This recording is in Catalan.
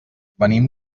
venim